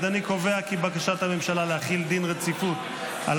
הודעת הממשלה על רצונה להחיל דין רציפות על